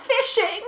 fishing